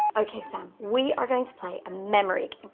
ok, sam, we are going to play a memory